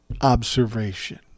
observation